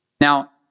Now